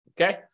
Okay